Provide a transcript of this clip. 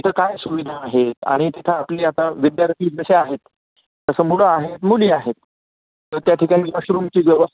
तिथं काय सुविधा आहेत आणि तिथं आपली आता विद्यार्थी जसे आहेत तसं मुलं आहेत मुली आहेत तर त्या ठिकाणी वॉशरूमची व्यवस्